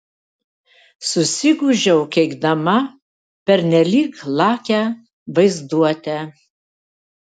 susigūžiau keikdama pernelyg lakią vaizduotę